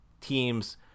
teams